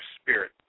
spirit